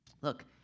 Look